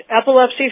epilepsy